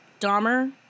Dahmer